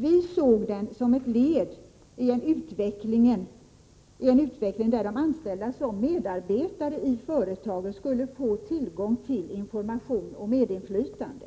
Vi såg den som ett led i en utveckling där de anställda som medarbetare i företagen skulle få tillgång till information och medinflytande